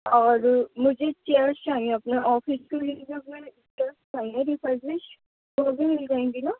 اور مجھے چیئرس چاہئیں اپنے آفس کے لیے لیے چیئرس چاہئیں ری فربشڈ وہ بھی مل جائیں گی نا